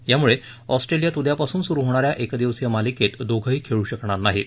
यामुळे ऑस्ट्रेलियात उद्यापासून सुरु होणा या एकदिवसीय मालिकेत दोघही खेळू शकणार नाहीत